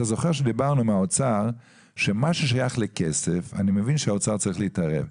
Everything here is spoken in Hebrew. אתה זוכר שדיברנו על כך שבמה ששייך לכסף אני מבין שהאוצר צריך להתערב,